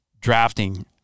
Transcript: drafting